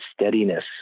steadiness